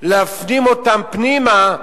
להפנים אותם פנימה,